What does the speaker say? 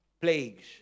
Plagues